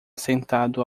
sentado